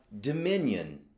dominion